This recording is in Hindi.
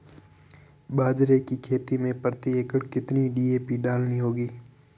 बाजरे की खेती में प्रति एकड़ कितनी डी.ए.पी डालनी होगी?